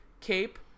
Cape